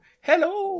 hello